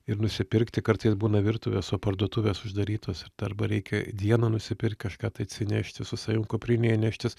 ir nusipirkti kartais būna virtuvės o parduotuvės uždarytos ir d arba reikia dieną nusipirk kažką tai atsinešti su savimi kuprinėje neštis